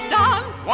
dance